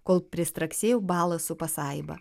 kol pristraksėjo balą su pasaiba